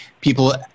people